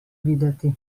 videti